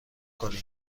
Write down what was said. کنید